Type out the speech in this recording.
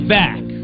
back